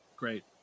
Great